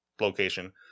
location